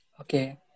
Okay